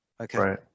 Okay